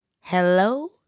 Hello